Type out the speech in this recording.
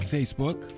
Facebook